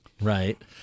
Right